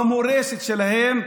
במורשת שלהם,